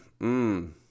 Mmm